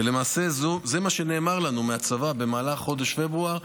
למעשה זה מה שנאמר לנו מהצבא במהלך חודש פברואר,